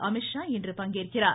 அமீத்ஷா இன்று பங்கேற்கிறார்